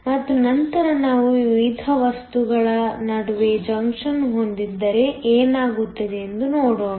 ಮತ್ತು ನಂತರ ನಾವು ವಿವಿಧ ವಸ್ತುಗಳ ನಡುವೆ ಜಂಕ್ಷನ್ ಹೊಂದಿದ್ದರೆ ಏನಾಗುತ್ತದೆ ಎಂದು ನೋಡೋಣ